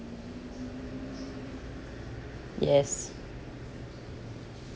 yes